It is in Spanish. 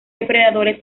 depredadores